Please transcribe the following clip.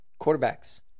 quarterbacks